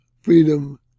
freedom